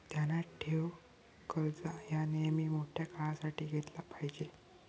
ध्यानात ठेव, कर्ज ह्या नेयमी मोठ्या काळासाठी घेतला पायजे